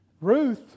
Ruth